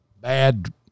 bad